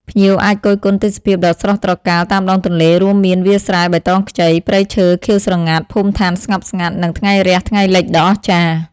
ភ្ញៀវអាចគយគន់ទេសភាពដ៏ស្រស់ត្រកាលតាមដងទន្លេ រួមមានវាលស្រែបៃតងខ្ចី ព្រៃឈើខៀវស្រងាត់ ភូមិដ្ឋានស្ងប់ស្ងាត់ និងថ្ងៃរះ-ថ្ងៃលិចដ៏អស្ចារ្យ។